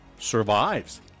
survives